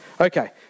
Okay